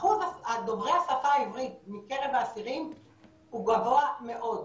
אחוז דוברי השפה העברית מקרב האסירים הוא גבוה מאוד.